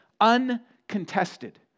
uncontested